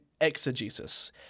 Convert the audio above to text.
exegesis